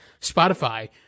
Spotify